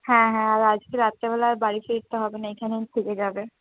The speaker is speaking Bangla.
হ্যাঁ হ্যাঁ আর আজকে রাত্রে বেলা আর বাড়ি ফিরতে হবে না এইখানেই থেকে যাবে